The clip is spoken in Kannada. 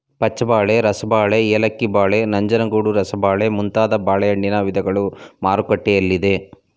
ಪಚ್ಚಬಾಳೆ, ರಸಬಾಳೆ, ಏಲಕ್ಕಿ ಬಾಳೆ, ನಂಜನಗೂಡು ರಸಬಾಳೆ ಮುಂತಾದ ಬಾಳೆಹಣ್ಣಿನ ವಿಧಗಳು ಮಾರುಕಟ್ಟೆಯಲ್ಲಿದೆ